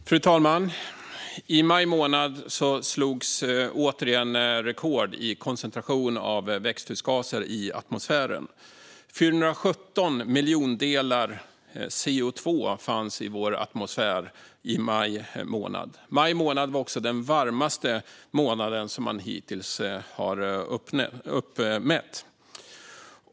Fru talman! I maj månad slogs återigen rekordet i koncentration av växthusgaser i atmosfären. 417 miljondelar CO2 fanns i vår atmosfär i maj månad. Det var också den varmaste månad man hittills har uppmätt.